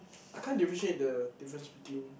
I can't differentiate the difference between